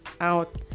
out